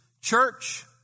church